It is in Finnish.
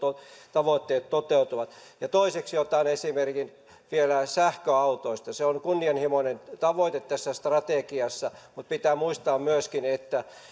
tavoitteet toteutuvat toiseksi otan esimerkin vielä sähköautoista se on kunnianhimoinen tavoite tässä strategiassa mutta pitää muistaa myöskin että